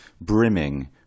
brimming